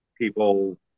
people